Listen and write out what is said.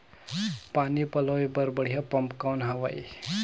पानी पलोय बर बढ़िया पम्प कौन हवय?